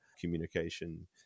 communication